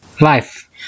life